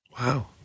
wow